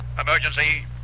Emergency